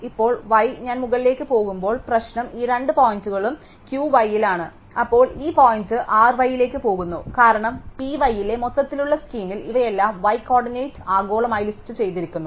ഇപ്പോൾ y ഞാൻ മുകളിലേക്ക് പോകുമ്പോൾ പ്രശ്നം ഈ രണ്ട് പോയിന്റുകളും Q y യിലാണ് അപ്പോൾ ഈ പോയിന്റ് R y യിലേക്ക് പോകുന്നു കാരണം P y യിലെ മൊത്തത്തിലുള്ള സ്കീമിൽ ഇവയെല്ലാം y കോർഡിനേറ്റ് ആഗോളമായി ലിസ്റ്റുചെയ്തിരിക്കുന്നു